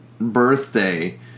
birthday